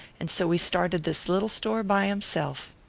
and so he started this little store by himself.